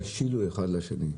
תשאילו אחד לשני.